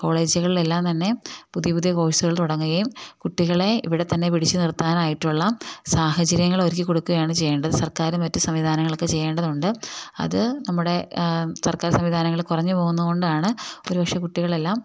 കോളേജുകളിലെല്ലാം തന്നെ പുതിയ പുതിയ കോഴ്സുകൾ തുടങ്ങുകയും കുട്ടികളെ ഇവിടെ തന്നെ പിടിച്ചുനിർത്താനായിട്ടുള്ള സാഹചര്യങ്ങളൊരുക്കി കൊടുക്കുകയുമാണ് ചെയ്യേണ്ടത് സർക്കാരും മറ്റ് സംവിധാനങ്ങളുമൊക്കെ ചെയ്യേണ്ടതുണ്ട് അത് നമ്മുടെ സർക്കാർ സംവിധാനങ്ങള് കുറഞ്ഞ് പോകുന്നതുകൊണ്ടാണ് ഒരുപക്ഷേ കുട്ടികളെല്ലാം